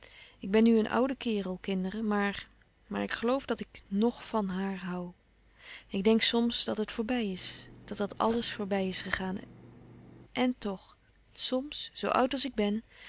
ik ben nu een oude kerel kinderen maar maar ik geloof dat ik ng van haar hoû ik denk soms dat het voorbij is dat dat alles voorbij is gegaan èn toch soms zoo oud als ik ben